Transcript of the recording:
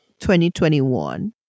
2021